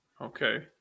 Okay